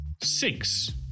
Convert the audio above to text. Six